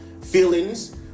feelings